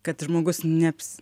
kad žmogus ne apps